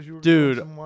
Dude